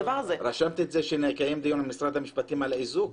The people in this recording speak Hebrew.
רשמת שנקיים דיון במשרד המשפטים על איזוק?